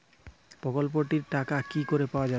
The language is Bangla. প্রকল্পটি র টাকা কি করে পাওয়া যাবে?